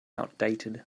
outdated